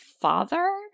father